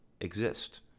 exist